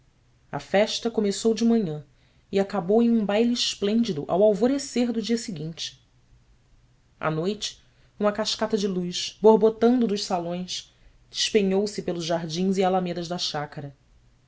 a festa começou de manhã e acabou em um baile esplêndido ao alvorecer do dia seguinte à noite uma cascata de luz borbotando dos salões despenhou se pelos jardins e alamedas da chácara